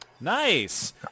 Nice